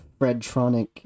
Fredtronic